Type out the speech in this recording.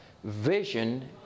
Vision